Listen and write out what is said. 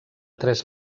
tres